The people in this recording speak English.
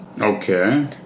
okay